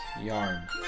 Yarn